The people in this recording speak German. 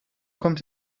kommt